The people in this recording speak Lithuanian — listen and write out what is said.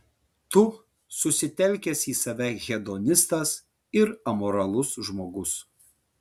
tu susitelkęs į save hedonistas ir amoralus žmogus